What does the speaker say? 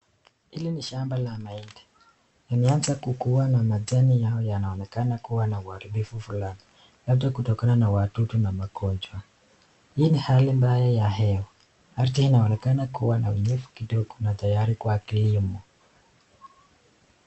Hili ni shamba la mahindi limeanza kuwa na machani yao inaonekana na uaribivu Fulani, labda kutokana na wadudu na magonjwa hii ni hali mbaya ya hewa ardhi inaonekana kuwa na ujivu kidogo na tayari kwa kilimo.